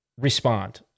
respond